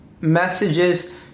messages